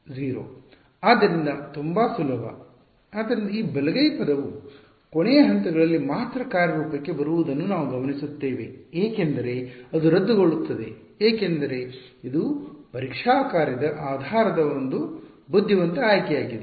0 ಆದ್ದರಿಂದ ತುಂಬಾ ಸುಲಭ ಆದ್ದರಿಂದ ಈ ಬಲಗೈ ಪದವು ಕೊನೆಯ ಹಂತಗಳಲ್ಲಿ ಮಾತ್ರ ಕಾರ್ಯರೂಪಕ್ಕೆ ಬರುವುದನ್ನು ನಾವು ಗಮನಿಸುತ್ತೇವೆ ಏಕೆಂದರೆ ಇದು ರದ್ದುಗೊಳ್ಳುತ್ತದೆ ಏಕೆಂದರೆ ಇದು ಪರೀಕ್ಷಾ ಕಾರ್ಯದ ಆಧಾರದ ಒಂದು ಬುದ್ಧಿವಂತ ಆಯ್ಕೆಯಾಗಿದೆ